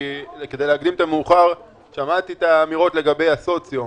כדי להקדים את המאוחר: שמעתי את האמירות לגבי הסוציו.